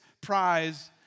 prize